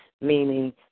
meaning